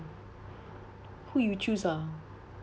who you choose ah